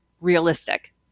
realistic